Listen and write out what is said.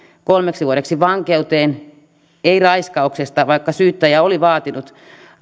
kolmeksi vuodeksi vankeuteen ei raiskauksesta vaikka syyttäjä oli vaatinut